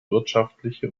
wirtschaftliche